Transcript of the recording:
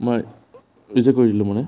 মই কেঞ্চেল কৰি দিলোঁ মানে